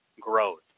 growth